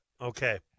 Okay